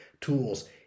tools